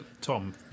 Tom